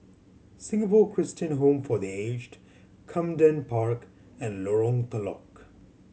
Singapore Christian Home for The Aged Camden Park and Lorong Telok